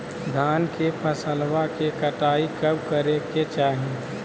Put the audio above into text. धान के फसलवा के कटाईया कब करे के चाही?